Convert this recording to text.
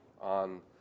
on